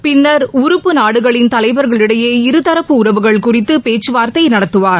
பின்னர் உறுப்புநாடுகளின் தலைவர்களிடையே இருதரப்பு உறவுகள் குறித்து பேச்சுவார்த்தை நடத்துவார்